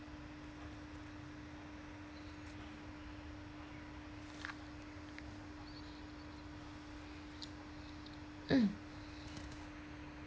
mm